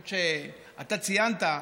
זאת שאתה ציינת,